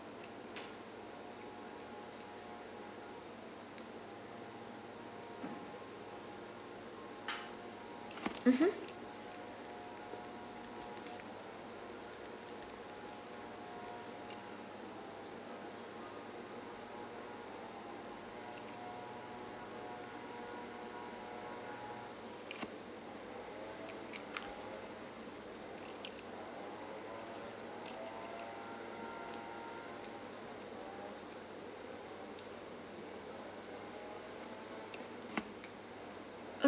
mmhmm